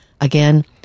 Again